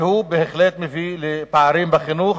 והוא בהחלט מביא לפערים בחינוך